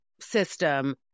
system